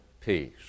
peace